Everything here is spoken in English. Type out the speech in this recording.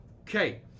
Okay